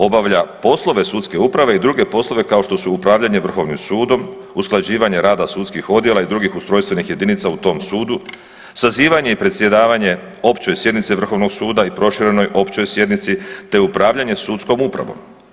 Obavlja poslove sudske uprave i druge poslove, kao što su upravljanje VSRH, usklađivanje rada sudskih odjela i drugih ustrojstvenih jedinica u tom sudu, sazivanje i predsjedavanje Općoj sjednici VSRH i Proširenoj općoj sjednici te upravljanje sudskom upravom.